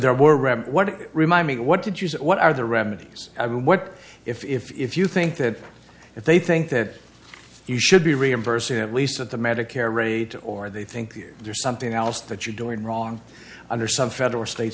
you remind me what did you say what are the remedies i mean what if if you think that if they think that you should be reimbursed at least at the medicare raids or they think there's something else that you're doing wrong under some federal or state